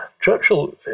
Churchill